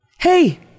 Hey